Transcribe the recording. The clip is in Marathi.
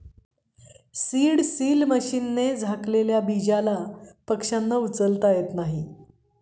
सीड ड्रिल मशीनने झाकलेल्या दीजला पक्ष्यांना उचलता येत नाही